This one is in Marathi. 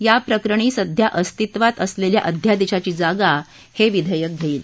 या प्रकरणी सध्या अस्तिवात असलेल्या अध्यादेशाची जागा हे विधेयक घेईल